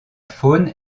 faune